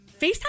FaceTime